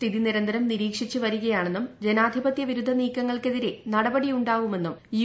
സ്ഥിതി നിരന്തരം നിരീക്ഷിച്ചു വരികയാണെന്നും ജനാധിപത്യ വിരുദ്ധ നീക്കങ്ങൾക്കെതിരെ നടപടി ഉണ്ടാവുമെന്നും യു